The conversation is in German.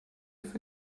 für